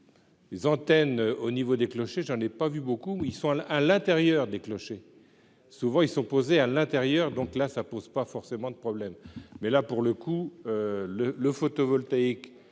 les antennes au niveau des clochers, j'en ai pas vu beaucoup, ils sont allés à l'intérieur des clochers, souvent ils sont posés à l'intérieur, donc là ça pose pas forcément de problème mais là pour le coup, le le photovoltaïque